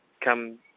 come